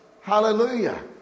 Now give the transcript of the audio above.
Hallelujah